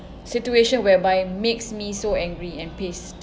situation whereby makes me so angry and pissed